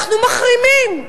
אנחנו מחרימים.